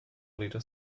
little